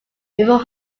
before